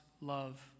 love